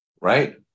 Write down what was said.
right